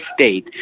state